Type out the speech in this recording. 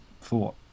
thought